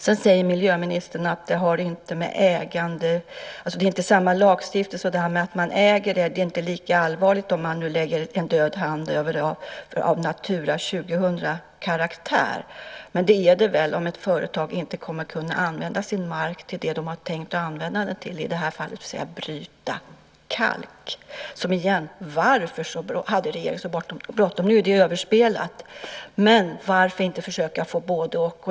Sedan säger miljöministern att det inte är samma lagstiftning så det är inte lika allvarligt om man lägger en död hand av Natura 2000-karaktär över det någon äger. Men det är det väl om ett företag inte kommer att kunna använda sin mark till det man har tänkt att använda den till, i det här fallet att bryta kalk. Varför hade regeringen så bråttom? Nu är det överspelat, men varför inte försöka få både-och?